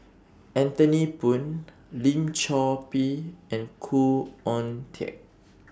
Anthony Poon Lim Chor Pee and Khoo Oon Teik